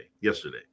yesterday